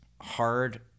hard